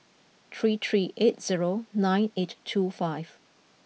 three three eight zero nine eight two five